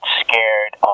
scared